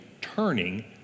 turning